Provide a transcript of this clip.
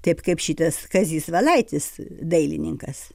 taip kaip šitas kazys valaitis dailininkas